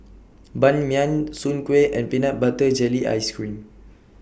Ban Mian Soon Kueh and Peanut Butter Jelly Ice Cream